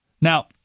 Now